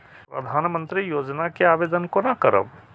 प्रधानमंत्री योजना के आवेदन कोना करब?